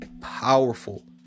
powerful